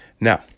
Now